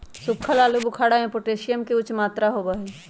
सुखल आलू बुखारा में पोटेशियम के उच्च मात्रा होबा हई